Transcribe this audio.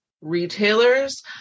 retailers